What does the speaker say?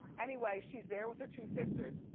anyway, she's there with her two sisters.